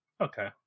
Okay